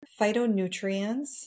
phytonutrients